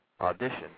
audition